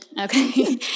Okay